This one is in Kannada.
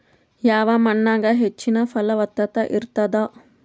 ಯಾವ ಮಣ್ಣಾಗ ಹೆಚ್ಚಿನ ಫಲವತ್ತತ ಇರತ್ತಾದ?